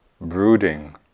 brooding